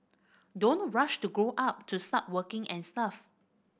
don't rush to grow up to start working and stuff